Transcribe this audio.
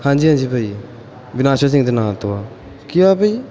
ਹਾਂਜੀ ਹਾਂਜੀ ਭਾਅ ਜੀ ਵਿਨਾਸ਼ਾ ਸਿੰਘ ਦੇ ਨਾਂ ਤੋਂ ਆ ਕੀ ਹੋਇਆ ਭਾਅ ਜੀ